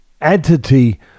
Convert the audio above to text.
entity